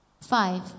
Five